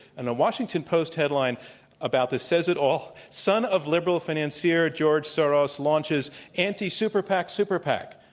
and a washington post headline about this says it all son of liberal financier george soros launches anti-super pac super pac.